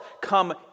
come